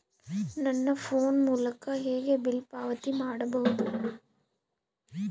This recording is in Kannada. ನನ್ನ ಫೋನ್ ಮೂಲಕ ಹೇಗೆ ಬಿಲ್ ಪಾವತಿ ಮಾಡಬಹುದು?